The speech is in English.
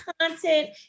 content